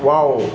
wow